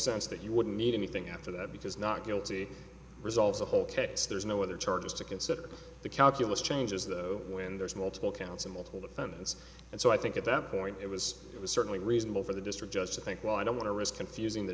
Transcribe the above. sense that you wouldn't need anything after that because not guilty resolves the whole case there's no other charges to consider the calculus changes though when there's multiple counts in multiple defendants and so i think at that point it was certainly reasonable for the district judge to think well i don't want to risk confusing the